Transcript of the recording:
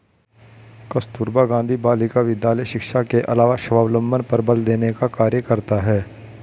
कस्तूरबा गाँधी बालिका विद्यालय शिक्षा के अलावा स्वावलम्बन पर बल देने का कार्य करता है